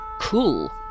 cool